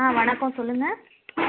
ஆ வணக்கம் சொல்லுங்க